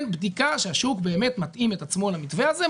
בדיקה שהשוק באמת מתאים את עצמו למתווה הזה,